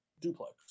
duplex